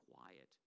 quiet